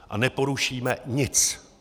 A neporušíme nic.